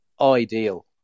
ideal